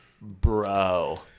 bro